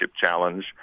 challenge